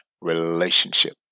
relationship